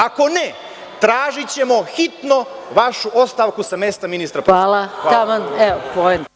Ako ne, tražićemo hitno vašu ostavku sa mesta ministra.